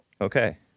Okay